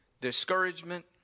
discouragement